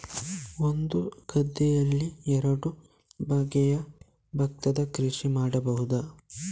ಒಂದು ಗದ್ದೆಯಲ್ಲಿ ಎರಡು ಬಗೆಯ ಭತ್ತದ ಕೃಷಿ ಮಾಡಬಹುದಾ?